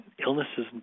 illnesses